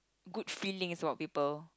good feelings about people